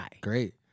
Great